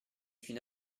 suis